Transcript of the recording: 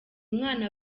mwana